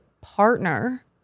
partner